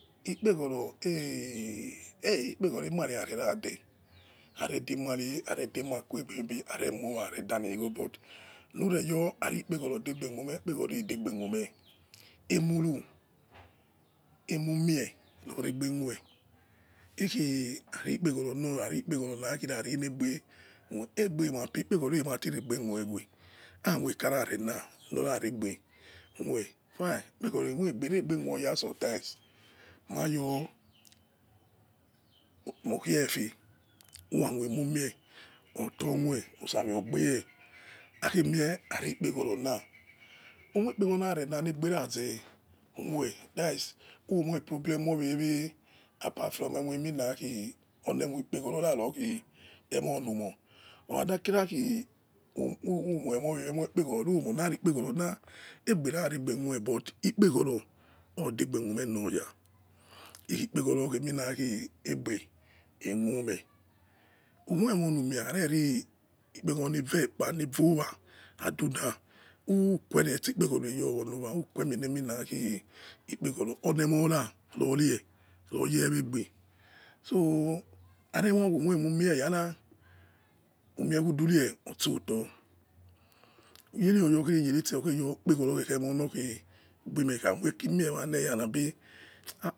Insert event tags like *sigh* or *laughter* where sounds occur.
Ekpevhoro eh ekpeghoro emare aire rade maybe are de mare, are mowa are aima khuegbe are dali laigwo but lure yo ai ekpeghoro degbe khume ekpeghoro oidegbe khume ai mutu aimu mie loregbe khue ikhi rai ekpehoro khari ekpeghoro khairi kheme egbe mati khuevhue. Ai maka lara rela lokhor regbe khue fine ekpeghoro airegbe khuyo sometimes taayo okha efe uwa moi mu mie otochue osamie orgbie akhemie ari ikpeghoro la aimio kpeghoro lakha rena legbe khoza khue or khu moi problem owewe apart from emo wewe olikpeghoro ya rokhi emohumo okha kira khi umiomo wewe aire ekpe ghoro na egbe khari khueni but ekpeghoro oidegbe khuem loya. Ikhi ekpeghoro likhe egbe orkhume. Oimio lu mie akhara ai re ekpeghoro le rumekpa achina uque re ari ekpeghoro iye owa emi khi ole mon ra loye weagbe so aire mie mie umie mumie wara umie udu re osoto uyelughe yere loghe ekpehoro kiri emi lokere uyoto *noise* *hesitation*